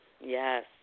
Yes